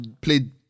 played